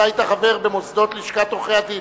אתה היית חבר במוסדות לשכת עורכי-הדין.